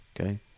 okay